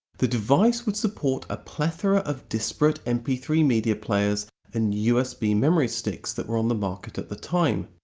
the device would support a plethora of disparate m p three media players and usb memory sticks that were on the market at that time.